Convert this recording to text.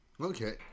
Okay